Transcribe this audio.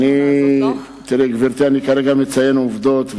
אני כרגע מציין עובדות.